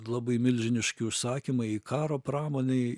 labai milžiniški užsakymai karo pramonėj